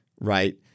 right